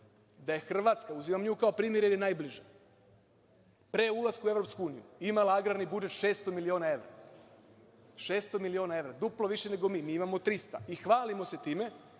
da je Hrvatska, uzimam nju kao primer jer je najbliža, pre ulaska u EU imala agrarni budžet 600 miliona evra, duplo više nego mi. Mi imamo 300 i hvalimo se time